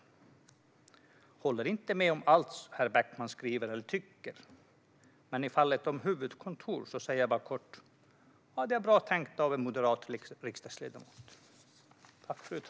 Jag håller inte med om allt herr Beckman skriver eller tycker, men i fallet om huvudkontor säger jag bara kort: Det är bra tänkt av en moderat riksdagsledamot!